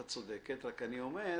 את צודקת, רק אני אומר,